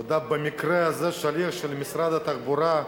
תודה, במקרה הזה שליח של משרד התחבורה,